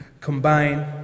combine